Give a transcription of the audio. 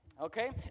Okay